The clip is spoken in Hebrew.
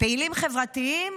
פעילים חברתיים?